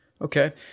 Okay